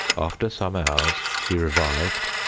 after some hours he revived,